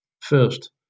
First